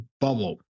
bubble